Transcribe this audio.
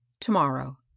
Tomorrow